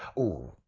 oooh.